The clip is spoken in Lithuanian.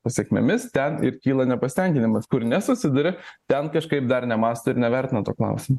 pasekmėmis ten ir kyla nepasitenkinimas kur nesusiduria ten kažkaip dar nemąsto ir nevertina to klausimo